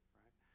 right